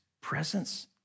presence